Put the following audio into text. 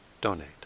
donate